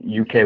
UK